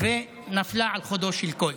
והיא נפלה על חודו של קול.